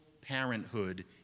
parenthood